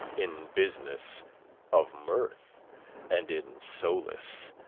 in business of mirth and in solace,